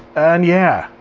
and yeah.